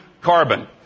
carbon